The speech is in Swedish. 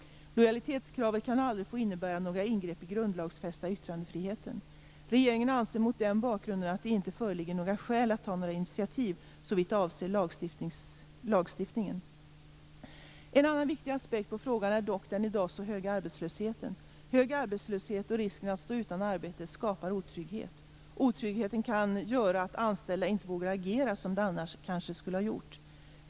Lojalitetskravet kan aldrig få innebära några ingrepp i den grundlagsfästa yttrandefriheten. Regeringen anser mot den bakgrunden att det inte föreligger några skäl att ta några initiativ såvitt avser lagstiftningen. En annan viktig aspekt på frågan är dock den i dag så höga arbetslösheten. Hög arbetslöshet och risken att stå utan arbete skapar otrygghet. Otryggheten kan göra att anställda inte vågar agera som de annars kanske skulle ha gjort.